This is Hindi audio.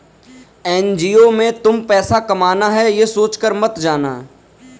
एन.जी.ओ में तुम पैसा कमाना है, ये सोचकर मत जाना